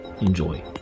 Enjoy